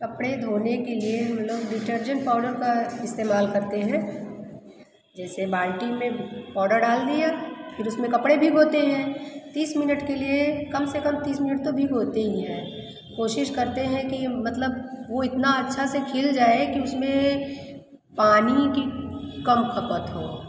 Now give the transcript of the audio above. कपड़े धोने के लिए हम लोग डिटर्जेंट पाउडर का इस्तेमाल करते हैं जैसे बाल्टी में पौडर डाल दिया फिर उसमें कपड़े भिगोते हैं तीस मिनट के लिए कम से कम तीस मिनट तो भिगोते ही हैं कोशिश करते हैं कि मतलब वो इतना अच्छा से खिल जाए कि उसमें पानी की कम खपत हो